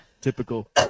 Typical